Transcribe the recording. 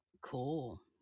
Cool